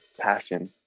passion